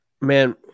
Man